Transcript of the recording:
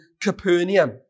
Capernaum